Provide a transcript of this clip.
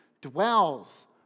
dwells